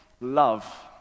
love